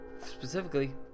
Specifically